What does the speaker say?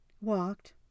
Walked